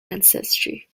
ancestry